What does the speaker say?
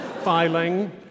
filing